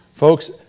Folks